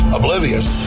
oblivious